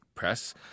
press